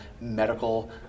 medical